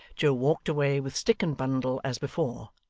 joe walked away with stick and bundle as before,